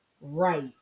Right